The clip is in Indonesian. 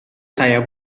saya